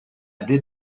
did